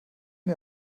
mir